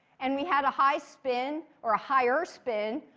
and we had a high spin, or a higher spin,